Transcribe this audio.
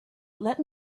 let